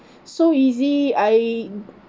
so easy I